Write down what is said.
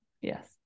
Yes